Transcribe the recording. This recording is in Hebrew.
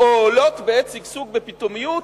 או עולות בעת שגשוג, בפתאומיות,